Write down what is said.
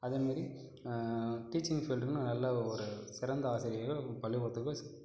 அதே மாரி டீச்சிங் ஃபீல்டுன்னு நல்ல ஒரு சிறந்த ஆசிரியர்கள் பள்ளிக்கூடத்துக்கு